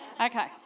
Okay